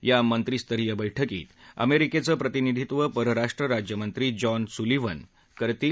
या मंत्रीस्तरीय बैठकीत अमेरिकेच प्रतिनिधित्व परराष्ट्र राज्यमंत्री जॉन सुलिव्हन करतील